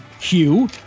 Hugh